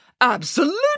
Absolutely